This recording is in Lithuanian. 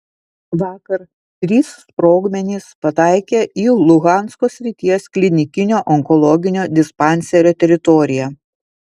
vakar trys sprogmenys pataikė į luhansko srities klinikinio onkologinio dispanserio teritoriją